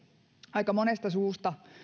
aika monesta suusta